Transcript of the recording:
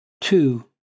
two